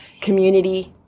community